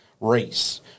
race